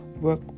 work